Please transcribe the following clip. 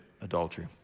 adultery